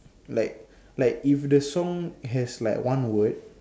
like like if the song has like one word